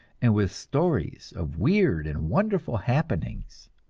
and with stories of weird and wonderful happenings.